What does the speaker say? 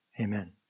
Amen